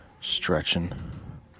Stretching